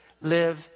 live